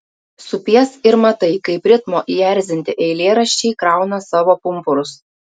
supies ir matai kaip ritmo įerzinti eilėraščiai krauna savo pumpurus